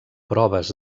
proves